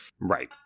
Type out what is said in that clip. Right